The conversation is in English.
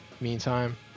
Meantime